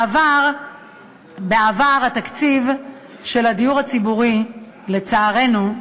בעבר התקציב של הדיור הציבורי, לצערנו,